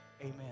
amen